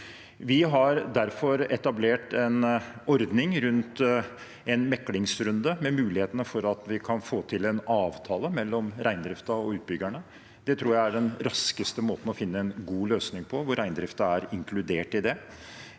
Vi har derfor etablert en ordning rundt en meklingsrunde med muligheter for at vi kan få til en avtale mellom reindriften og utbyggerne. Det tror jeg er den raskeste måten å finne en god løsning på, hvor reindriften er inkludert i det.